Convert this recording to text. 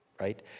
right